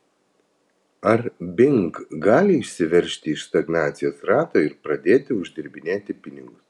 ar bing gali išsiveržti iš stagnacijos rato ir pradėti uždirbinėti pinigus